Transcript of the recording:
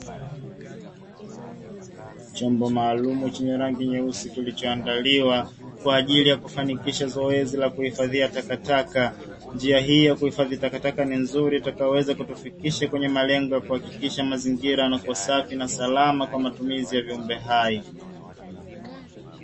Chombo maalumu chenye rangi nyeusi kilichoandaliwa kwa ajili ya kufanikisha zoezi la kuhifadhia takataka. Njia hii ya kuhifadhi takataka ni nzuri itakayoweza kutufikisha kwenye malengo ya kuhakikisha mazingira yanakuwa safi na salama kwa matumizi ya viumbe hai.